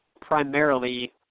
primarily